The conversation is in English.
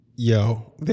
yo